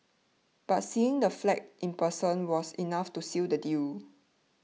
but seeing the flat in person was enough to seal the deal